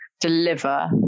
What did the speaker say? deliver